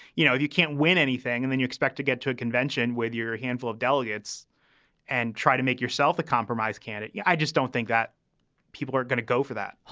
you know, you can't win anything and then you expect to get to a convention with your your handful of delegates and try to make yourself a compromise candidate. yeah i just don't think that people are going to go for that. well,